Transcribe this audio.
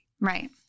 Right